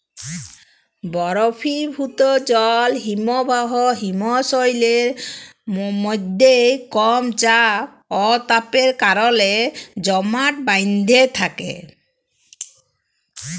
বরফিভুত জল হিমবাহ হিমশৈলের মইধ্যে কম চাপ অ তাপের কারলে জমাট বাঁইধ্যে থ্যাকে